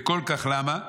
וכל כך למה?